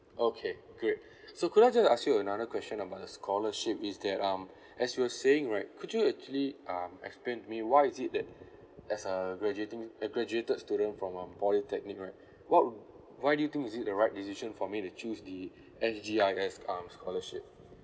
okay great so could I just ask you another question about the scholarship is that um as you were saying right could you actually um explain to me why is it that as a graduating a graduated student from um polytechnic right what why do you think is it the right decision for me to choose the S_G_I_S um scholarship